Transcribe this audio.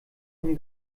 von